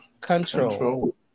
control